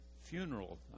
funeral